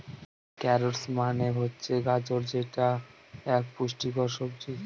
carrots মানে হচ্ছে গাজর যেটা এক পুষ্টিকর সবজি